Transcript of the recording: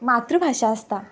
मातृभाशा आसता